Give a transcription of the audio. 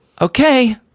okay